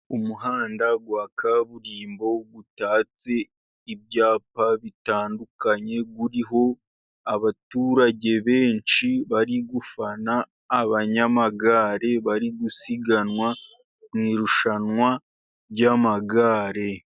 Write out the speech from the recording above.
Umuhanda wa kaburimbo utatse ibyapa bitandukanye, uriho abaturage benshi bari gufana abanyamagare, bari gusiganwa mu irushanwa ry'magare.